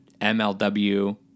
MLW